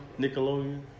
Nickelodeon